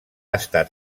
estat